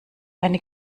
eine